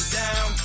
down